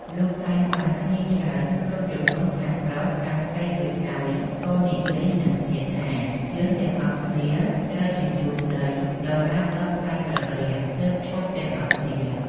លុះកេណ្ឌបានគ្នាច្រើន គ្រប់ចំនួនខាងប្រុស-ខាងស្រីរួចហើយ ក៏និយាយនិងគ្នាថា «យើងទាំងអស់ត្រូវជញ្ជូនដីដរាបដល់ផ្កាយព្រឹករះ ទើបឈប់ទាំងអស់គ្នា។